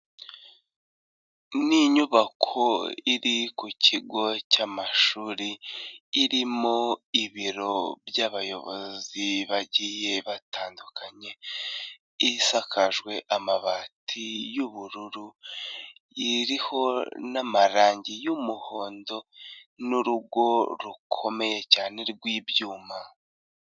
Ni inyubako iri ku kigo cy'amashuri, irimo ibiro by'abayobozi bagiye batandukanye, isakajwe amabati y'ubururu, iriho n'amarangi y'umuhondo, n'urugo rukomeye cyane rw'ibyuma.